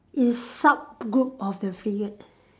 it's sub group of the Freegan